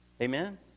Amen